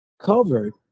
covered